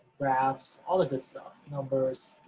graphs. all the good stuff. numbers,